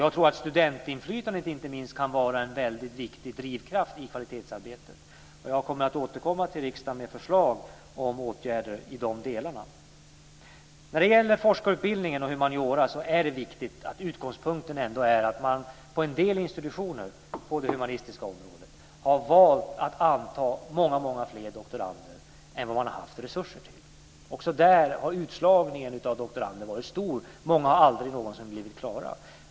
Jag tror att studentinflytandet inte minst kan vara en väldigt viktig drivkraft i kvalitetsarbetet. Jag kommer att återkomma till riksdagen med förslag till åtgärder i dessa delar. När det gäller forskarutbildningen och humaniora har utgångspunkten vid en del institutioner på det humanistiska området varit att välja att anta många, många fler doktorander än vad man har haft resurser till. Också där har utslagningen av doktorander varit stor. Många har aldrig någonsin blivit klara.